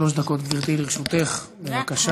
שלוש דקות, גברתי, לרשותך, בבקשה.